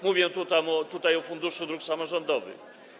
Mówię tutaj o Funduszu Dróg Samorządowych.